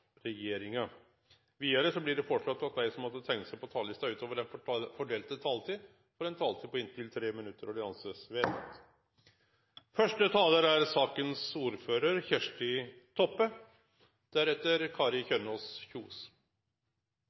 Videre blir det foreslått at de som måtte tegne seg på talerlisten utover den fordelte taletid, får en taletid på inntil 3 minutter. – Det anses vedtatt. I motsetning til forrige sak er